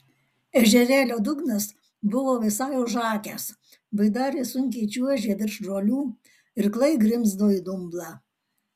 ežerėlio dugnas buvo visai užakęs baidarė sunkiai čiuožė virš žolių irklai grimzdo į dumblą